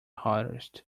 hardest